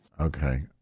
Okay